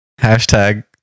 Hashtag